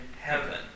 heaven